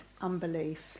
unbelief